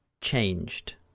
changed